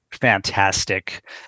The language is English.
fantastic